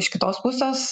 iš kitos pusės